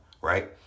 right